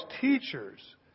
teachers